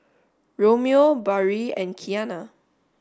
Romeo Barrie and Qiana